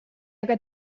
aga